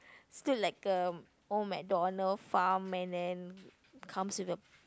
still like a old McDonald farm and then comes with a